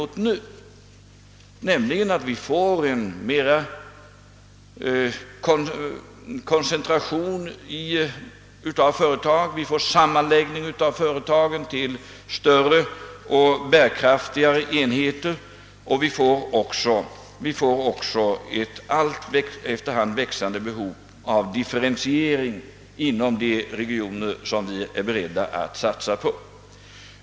Och utveck lingen är den att det sker en koncentration av företag. Sammanläggning sker till större och mera bärkraftiga enheter, och vi får också ett efter hand växande behov av differentiering inom de regioner som vi är beredda att satsa på.